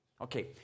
Okay